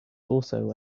also